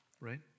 right